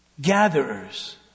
gatherers